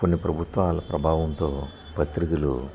కొన్ని ప్రభుత్వాల ప్రభావంతో పత్రికలు